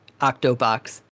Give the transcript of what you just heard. Octobox